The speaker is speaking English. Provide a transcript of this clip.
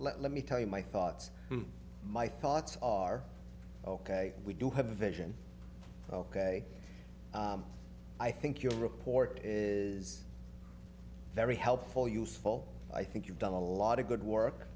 yeah let me tell you my thoughts my thoughts are ok we do have a vision ok i think your report is very helpful useful i think you've done a lot of good work